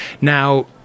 Now